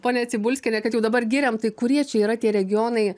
ponia cibulskiene kad jau dabar giriam tai kurie čia yra tie regionai